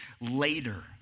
later